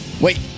Wait